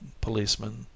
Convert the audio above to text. policemen